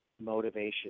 motivation